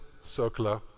circular